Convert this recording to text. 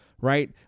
right